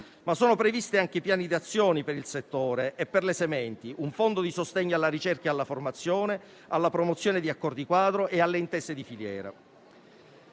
Sono previsti anche piani di azione per il settore e per le sementi, un fondo di sostegno alla ricerca, alla formazione e alla promozione di accordi quadro e alle intese di filiera.